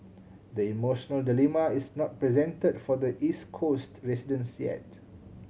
the emotion dilemma is not present for the East Coast residents yet